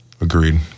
Agreed